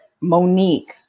Monique